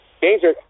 danger